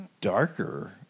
darker